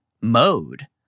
mode